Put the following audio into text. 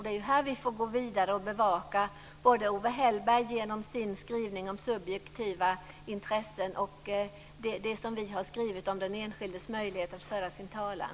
Det är här vi får gå vidare och bevaka. Det gäller både Owe Hellberg, genom sin skrivning om subjektiva intressen, och det som vi har skrivit om den enskildes möjlighet att föra sin talan.